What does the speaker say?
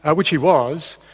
ah which he was,